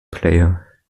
player